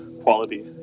quality